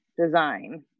design